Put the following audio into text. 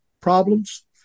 problems